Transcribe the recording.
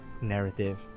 narrative